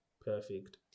Perfect